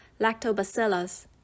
lactobacillus